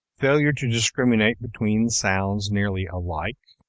failure to discriminate between sounds nearly alike